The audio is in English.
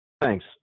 Thanks